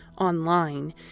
online